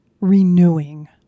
renewing